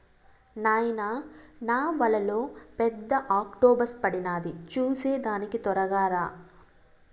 నాయనా నావలో పెద్ద ఆక్టోపస్ పడినాది చూసేదానికి తొరగా రా